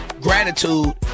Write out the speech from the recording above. gratitude